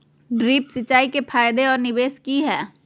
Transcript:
Drip सिंचाई के फायदे और निवेस कि हैय?